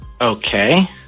Okay